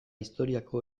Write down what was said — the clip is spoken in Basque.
historiako